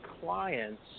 clients